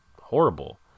horrible